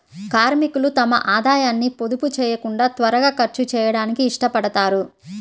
కార్మికులు తమ ఆదాయాన్ని పొదుపు చేయకుండా త్వరగా ఖర్చు చేయడానికి ఇష్టపడతారు